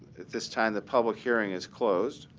at this time, the public hearing is closed.